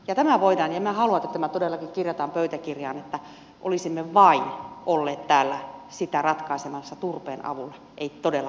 kyllä siellä on ja tämä voidaan kirjata ja minä haluan että tämä todellakin kirjataan pöytäkirjaan että se että olisimme vain olleet täällä sitä ratkaisemassa turpeen avulla ei todellakaan pidä paikkaansa